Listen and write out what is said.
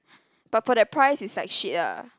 but for that price is like shit lah